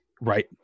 right